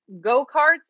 go-karts